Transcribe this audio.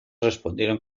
respondieron